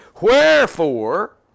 wherefore